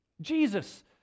Jesus